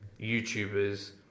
YouTubers